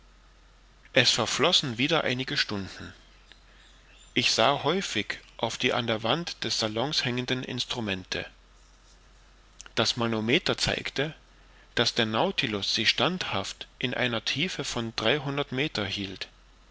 es verflossen wieder einige stunden ich sah häufig auf die an der wand des salons hängenden instrumente das manometer zeigte daß der nautilus sich standhaft in einer tiefe von dreihundert meter hielt